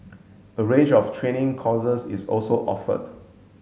a range of training courses is also offered